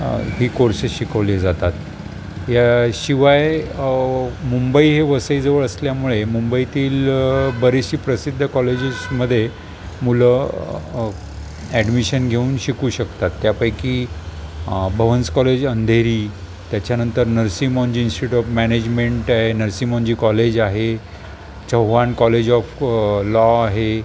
ही courses शिकवली जातात या शिवाय मुंबई हे वसई जवळ असल्यामुळे मुंबईतील बरेचशी प्रसिद्ध कॉलेजेस मध्ये मुलं ॲडमिशन घेऊन शिकू शकतात त्यापैकी भवन्स कॉलेज अंधेरी त्याच्यानंतर नर्सिमोनजिट्यूट ऑफ मॅनेजमेंट आहे नर्सिमोनजी कॉलेज आहे चौहाण कॉलेज ऑफ लॉ आहे